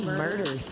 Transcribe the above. murder